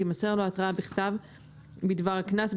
תימסר לו התראה בכתב בדבר הקנס,